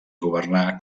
governà